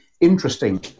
interesting